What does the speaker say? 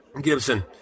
Gibson